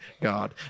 God